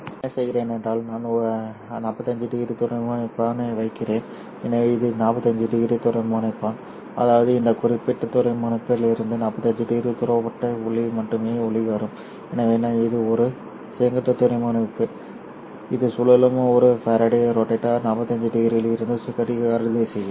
நான் என்ன செய்கிறேன் என்றால் நான் 45 டிகிரி துருவமுனைப்பான் வைக்கிறேன் எனவே இது 45 டிகிரி துருவமுனைப்பான் அதாவது இந்த குறிப்பிட்ட துருவமுனைப்பிலிருந்து 45 டிகிரி துருவப்படுத்தப்பட்ட ஒளி மட்டுமே வெளிவரும் எனவே இது ஒரு செங்குத்து துருவமுனைப்பு இது சுழலும் ஒரு ஃபாரடே ரோட்டேட்டர் 45 டிகிரியில் இருந்து கடிகார திசையில்